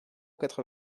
quatre